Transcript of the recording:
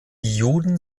juden